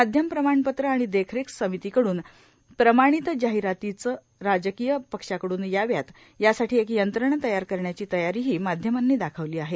माध्यम प्रमाणपत्र आणि देखरेख समितीकडून प्रमाणित जाहिरातीचं राजकीय पक्षांकडून याव्यात यासाठी एक यंत्रणा तयार करण्याची तयारीही माध्यमांनी दाखवली आहे